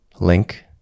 link